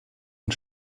und